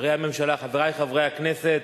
שרי הממשלה, חברי חברי הכנסת,